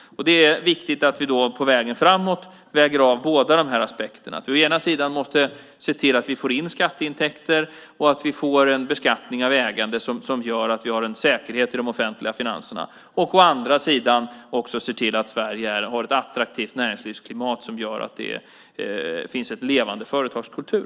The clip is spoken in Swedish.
Det är viktigt att vi på vägen framåt väger av båda dessa aspekter. Å ena sidan måste vi få in skatteintäkter och ha en beskattning av ägande som ger en säkerhet i de offentliga finanserna. Å andra sidan måste vi se till att Sverige har ett attraktivt näringslivsklimat som gör att det finns en levande företagskultur.